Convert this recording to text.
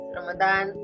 Ramadan